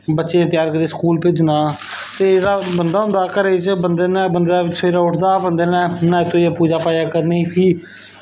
ते बच्चें ई त्यार करियै स्कूल भेजना ते जेह्ड़ा बंदा होंदा उन्नै न्हाइयै पूजा करनी भी